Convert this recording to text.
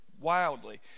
wildly